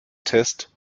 test